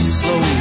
slow